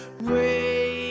wait